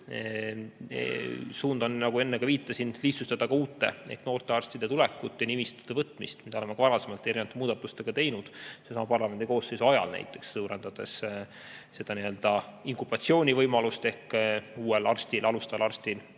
Suund on, nagu enne ka viitasin, lihtsustada uute ehk noorte arstide tulekut ja nimistute võtmist, mida oleme ka varasemalt erinevate muudatustega teinud sellesama parlamendikoosseisu ajal. Näiteks oleme suurendanud inkubatsioonivõimalust ehk uuel arstil, alustaval arstil